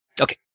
Okay